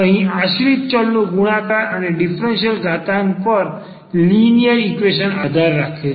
અહીં આશ્રિત ચલનો ગુણાકાર અથવા ડીફરન્સીયલ ઘાતાંક પર લિનિયર ઈક્વેશન આધાર રાખે છે